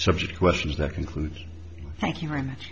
subject questions that concludes thank you very much